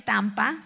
Tampa